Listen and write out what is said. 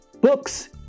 books